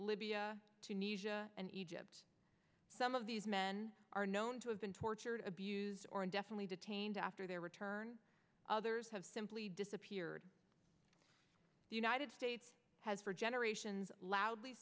libya tunisia and egypt some of these men are known to have been tortured abused or indefinitely detained after their return others have simply disappeared the united states has for generations loudly